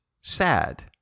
sad